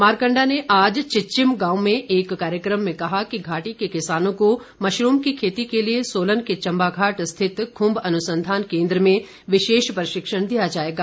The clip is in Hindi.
मारकंडा ने आज चिचिम गांव में एक कार्यक्रम में कहा कि घाटी के किसानों को मशरूम की खेती के लिए सोलन के चम्बाघाट स्थित खुम्ब अनुसंधान केन्द्र में विशेष प्रशिक्षण दिया जाएगा